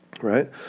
right